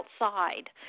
outside